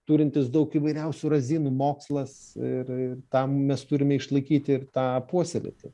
turintis daug įvairiausių razinų mokslas ir tą mes turime išlaikyti ir tą puoselėti